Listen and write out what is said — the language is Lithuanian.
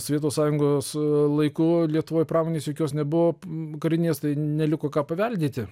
sovietų sąjungos laiku lietuvoj pramonės jokios nebuvo karinės tai neliko ką paveldėti